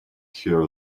here